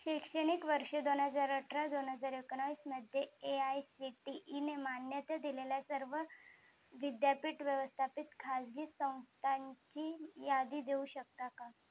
शैक्षणिक वर्ष दोन हजार अठरा दोन हजार एकोणीसमध्ये ए आय सी टी ईने मान्यता दिलेल्या सर्व विद्यापीठ व्यवस्थापित खाजगी संस्थांची यादी देऊ शकता का